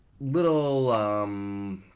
little